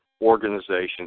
organization